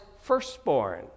firstborn